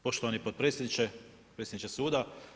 Poštovani potpredsjedniče, predsjedniče suda.